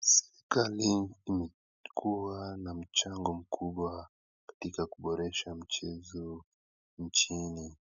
Serikali imekuwa na mchango mkubwa katika kuboresha michezo nchini.